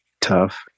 tough